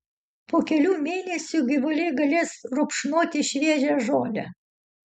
po kelių mėnesių gyvuliai galės rupšnoti šviežią žolę